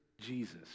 Jesus